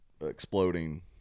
exploding